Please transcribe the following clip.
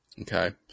Okay